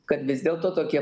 kad vis dėl to tokie